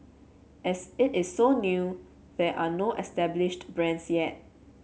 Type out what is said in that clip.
as it is so new there are no established brands yet